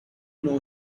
know